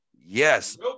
yes